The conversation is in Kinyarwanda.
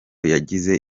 yagize